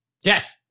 Yes